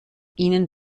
ihnen